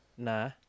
Nah